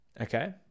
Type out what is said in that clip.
okay